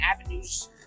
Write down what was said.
avenues